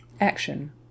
Action